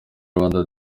rwanda